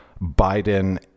biden